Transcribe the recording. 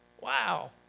Wow